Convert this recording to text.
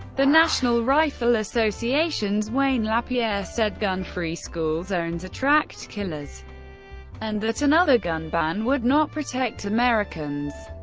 the national rifle association's wayne lapierre said gun-free school zones attract killers and that another gun ban would not protect americans.